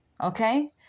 Okay